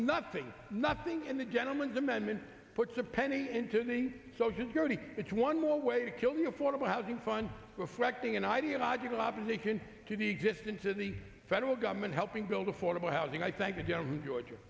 nothing nothing in the gentleman's amendment puts a penny into the social security it's one more way to kill the affordable housing fun reflecting an ideological opposition to the existence of the federal government helping build affordable housing i thank you general georg